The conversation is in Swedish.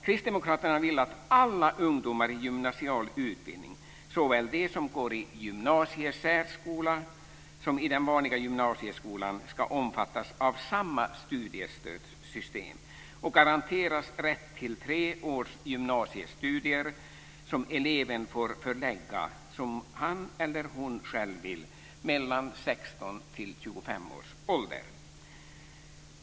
Kristdemokraterna vill att alla ungdomar i gymnasial utbildning, såväl de som går i gymnasiesärskola som de som går i den vanliga gymnasieskolan, ska omfattas av samma studiestödssystem och garanteras rätt till tre års gymnasiestudier som eleven får förlägga som han eller hon själv vill mellan 16 och 25 års ålder.